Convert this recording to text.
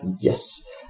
yes